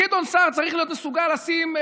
גדעון סער צריך להיות מסוגל לשים,